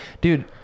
dude